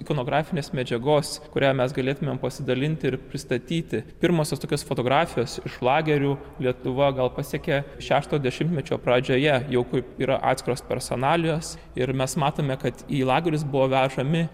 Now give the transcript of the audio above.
ikonografinės medžiagos kuria mes galėtumėm pasidalinti ir pristatyti pirmosios tokios fotografijos šlagerių lietuva gal pasekė šešto dešimtmečio pradžioje jau kur yra atskiros personalijos ir mes matome kad į lagerius buvo vežami